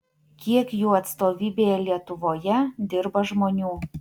kiek jų atstovybėje lietuvoje dirba žmonių